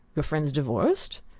your friend's divorced?